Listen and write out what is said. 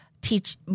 teach